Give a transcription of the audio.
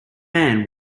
man